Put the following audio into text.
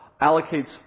allocates